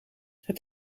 het